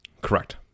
correct